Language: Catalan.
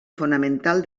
fonamental